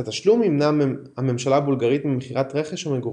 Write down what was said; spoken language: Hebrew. את התשלום מימנה הממשלה הבולגרית ממכירת רכוש המגורשים.